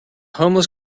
homeless